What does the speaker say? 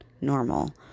normal